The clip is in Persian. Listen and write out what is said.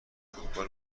فوتبال